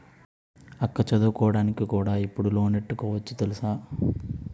అక్కా చదువుకోడానికి కూడా ఇప్పుడు లోనెట్టుకోవచ్చు తెలుసా?